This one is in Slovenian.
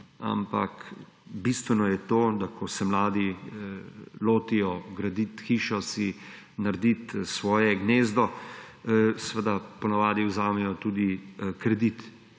ampak bistveno je to, da ko se mladi lotijo graditi hišo, si narediti svoje gnezdo, seveda po navadi vzamejo tudi kredit,